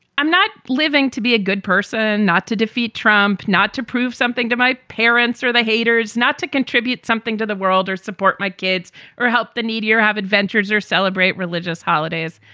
i'm not living to be a good person, not to defeat trump, not to prove something to my parents or the haters, not to contribute something to the world or support my kids or help the needy or have adventures or celebrate religious holidays.